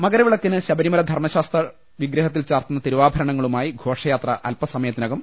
മകരവിളക്കിന് ശബരിമല ധർമശാസ്താ വിഗ്രഹത്തിൽ ചാർത്തുന്ന തിരുവാഭരണങ്ങളുമായി ഘോഷയാത്ര അൽപസമയത്തിനകം